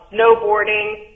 snowboarding